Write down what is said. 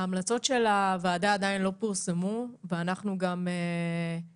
ההמלצות של הוועדה עדיין לא פורסמו ואנחנו גם נעמוד